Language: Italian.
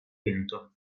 vento